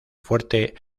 fuerte